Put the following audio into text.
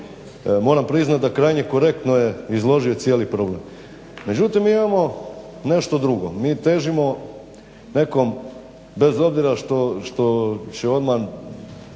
moram priznat da krajnje korektno je izložio cijeli problem. Međutim mi imamo nešto drugo, mi težimo nekom, bez obzira što će odmah